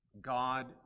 God